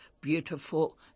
beautiful